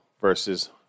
versus